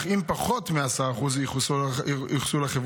אך אם פחות מ-10% ייוחסו לחברה,